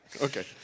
Okay